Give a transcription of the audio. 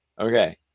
Okay